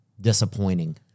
disappointing